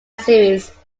series